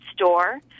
store